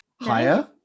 Higher